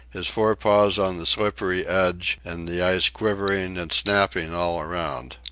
his fore paws on the slippery edge and the ice quivering and snapping all around.